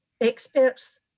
experts